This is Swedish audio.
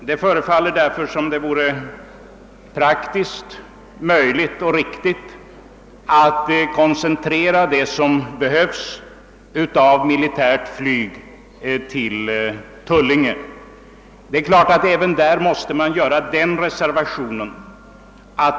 Det synes vara praktiskt möjligt att koncentrera det militära flyget till Tullinge. Men även när det gäller Tullinge måste en viss reservation göras.